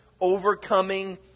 overcoming